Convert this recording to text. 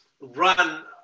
run